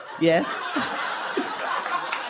Yes